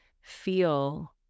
feel